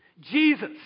Jesus